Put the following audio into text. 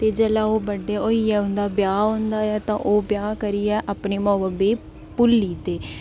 ते जिसलै बड्डे होइयै उ'दां ब्याह् होंदा ते ओह् ब्याह् करियै अपने माऊ बब्बे ई भुल्ली जंदे